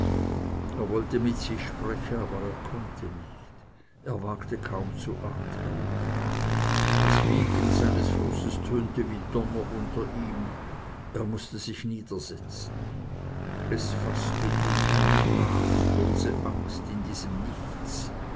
er wollte mit sich sprechen aber er konnte nicht er wagte kaum zu atmen das biegen seines fußes tönte wie donner unter ihm er mußte sich niedersetzen es faßte ihn eine namenlose angst in diesem nichts